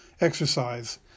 exercise